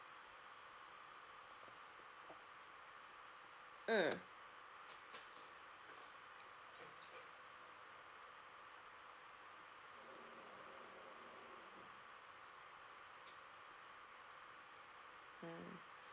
mm mm